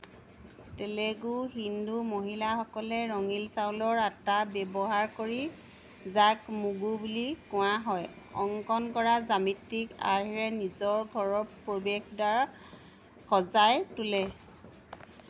তেলেগু হিন্দু মহিলাসকলে ৰঙীন চাউলৰ আটা ব্যৱহাৰ কৰি যাক মুগু বুলি কোৱা হয় অংকন কৰা জ্যামিতিক আৰ্হিৰে নিজৰ ঘৰৰ প্ৰৱেশদ্বাৰ সজাই তোলে